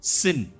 sin